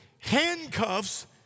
handcuffs